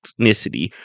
ethnicity